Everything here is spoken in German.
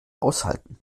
aushalten